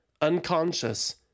unconscious